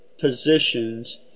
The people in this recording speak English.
positions